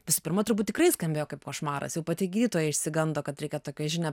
visų pirma turbūt tikrai skambėjo kaip košmaras jau pati gydytoja išsigando kad reikia tokią žinią